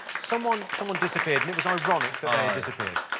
someone someone disappeared, and it was ironic that they disappeared.